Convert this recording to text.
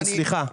סליחה.